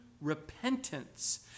repentance